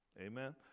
Amen